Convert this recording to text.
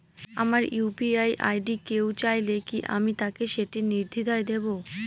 আমার UPI ID কেউ চাইলে কি আমি তাকে সেটি নির্দ্বিধায় দেব?